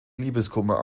liebeskummer